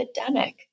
epidemic